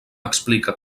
explica